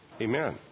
Amen